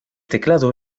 teclado